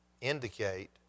indicate